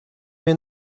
mir